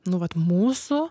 nu vat mūsų